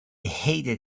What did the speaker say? hated